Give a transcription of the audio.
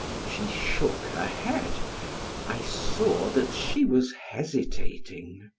she shook her head i saw that she was hesitating.